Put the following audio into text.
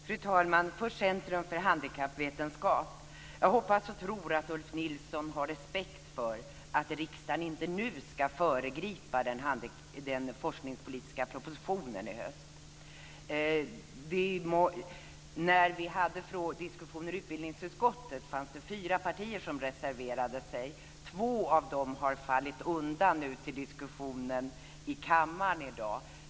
Fru talman! Först vill jag säga något om Centrum för handikappvetenskap. Jag hoppas och tror att Ulf Nilsson har respekt för att riksdagen inte nu ska föregripa den forskningspolitiska propositionen i höst. När vi hade diskussioner i utbildningsutskottet fanns det fyra partier som reserverade sig. Två av dem har fallit undan nu till diskussionen i kammaren i dag.